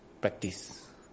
practice